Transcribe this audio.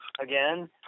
again